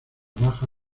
baja